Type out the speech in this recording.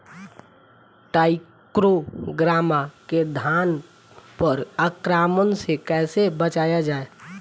टाइक्रोग्रामा के धान पर आक्रमण से कैसे बचाया जाए?